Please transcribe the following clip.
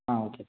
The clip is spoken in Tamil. ஆ ஓகே